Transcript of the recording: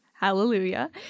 Hallelujah